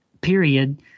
period